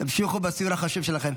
תמשיכו בסיור החשוב שלכם.